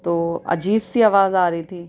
تو عجیب سی آواز آ رہی تھی